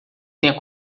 tenha